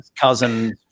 cousin